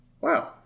Wow